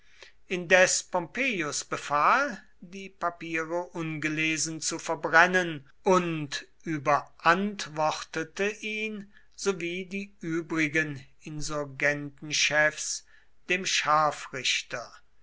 indes pompeius befahl die papiere ungelesen zu verbrennen und überantwortete ihn sowie die übrigen insurgentenchefs dem scharfrichter